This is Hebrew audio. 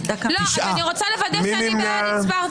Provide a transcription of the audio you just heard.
נפל.